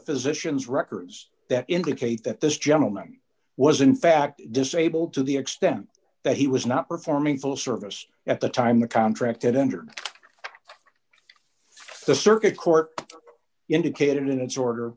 physician's records that indicate that this gentleman was in fact disabled to the extent that he was not performing full service at the time the contracted entered full circuit court indicated in its order